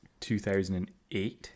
2008